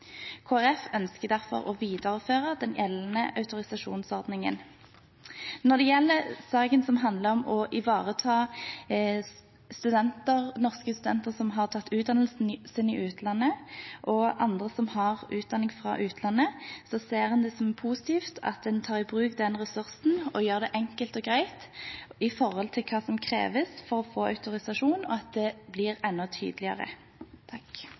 Folkeparti ønsker derfor å videreføre den gjeldende autorisasjonsordningen. Når det gjelder saken som handler om å ivareta norske studenter som har tatt utdannelsen sin i utlandet, og andre som har utdanning fra utlandet, ser en det som positivt at en tar i bruk den ressursen og gjør det enkelt og greit med hensyn til hva som kreves for å få autorisasjon – at det blir enda tydeligere.